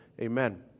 amen